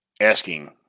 asking